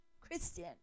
christian